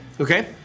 Okay